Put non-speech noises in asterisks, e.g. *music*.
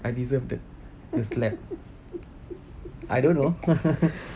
I deserve the the slap I don't know *laughs*